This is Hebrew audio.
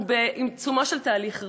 אנחנו בעיצומו של תהליך ריפוי.